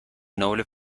noble